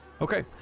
Okay